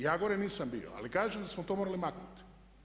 Ja gore nisam bio ali kažem da smo to morali maknuti.